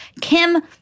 Kim